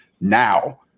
Now